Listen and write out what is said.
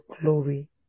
glory